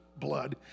blood